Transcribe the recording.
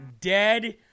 dead